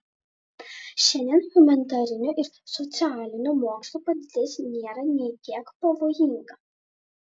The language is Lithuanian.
šiandien humanitarinių ir socialinių mokslų padėtis nėra nė kiek pavojinga